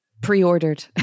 pre-ordered